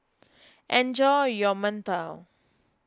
enjoy your Mantou